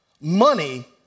money